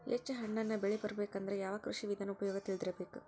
ಹೆಚ್ಚು ಹಣ್ಣನ್ನ ಬೆಳಿ ಬರಬೇಕು ಅಂದ್ರ ಯಾವ ಕೃಷಿ ವಿಧಾನ ಉಪಯೋಗ ತಿಳಿದಿರಬೇಕು?